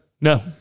No